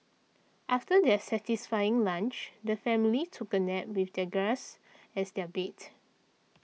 after their satisfying lunch the family took a nap with the grass as their bed